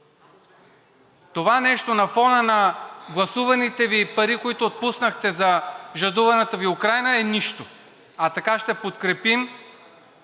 Това нещо на фона на гласуваните пари, които отпуснахте за жадуваната Ви Украйна, е нищо. А така ще подкрепим